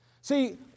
See